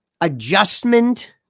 adjustment